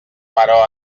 però